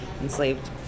enslaved